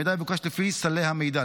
המידע יבוקש לפי סלי המידע.